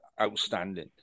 outstanding